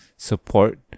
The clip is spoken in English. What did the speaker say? Support